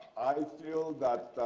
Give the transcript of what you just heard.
i feel that